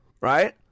Right